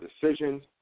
decisions